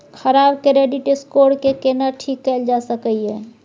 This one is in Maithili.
खराब क्रेडिट स्कोर के केना ठीक कैल जा सकै ये?